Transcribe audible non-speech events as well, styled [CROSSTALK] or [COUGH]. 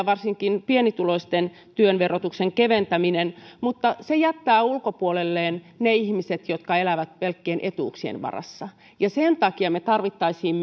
[UNINTELLIGIBLE] varsinkin pienituloisten työn verotuksen keventäminen on sinänsä hyvä asia mutta se jättää ulkopuolelleen ne ihmiset jotka elävät pelkkien etuuksien varassa sen takia tarvittaisiin [UNINTELLIGIBLE]